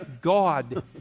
God